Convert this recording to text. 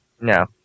no